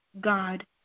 God